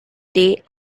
day